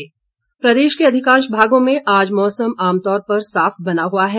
मौसम प्रदेश के अधिकांश भागों में आज मौसम आमतौर पर साफ बना हुआ है